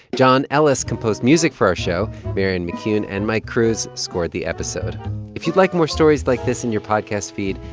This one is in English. john ellis composed music for our show. marianne mccune and mike cruz scored the episode if you'd like more stories like this in your podcast feed,